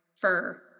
fur